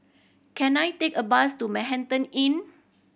can I take a bus to Manhattan Inn